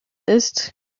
ist